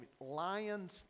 lion's